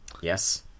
yes